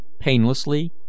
painlessly